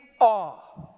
awe